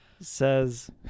says